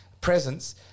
presence